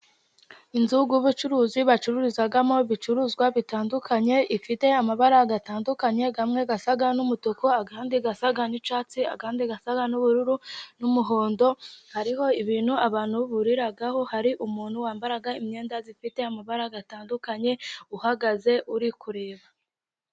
Inzu z'ubucuruzi bacururizamo ibicuruzwa bitandukanye, ifite amabara atandukanye amwe asa n'umutuku, andi asa n'icyatsi, andi asa n'ubururu, n'umuhondo. Hariho ibintu abantu buriraho, hari umuntu wambaye imyenda ifite amabara atandukanye uhagaze uri kureba.